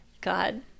God